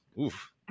Oof